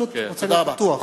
אני פשוט רוצה להיות בטוח.